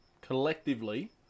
collectively